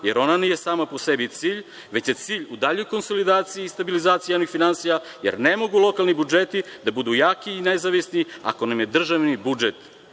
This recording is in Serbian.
jer ona nije sama po sebi cilj, već je cilj u daljoj konsolidaciji i stabilizaciji javnih finansija jer ne mogu lokalni budžeti da budu jaki i nezavisni ako nam je državni budžet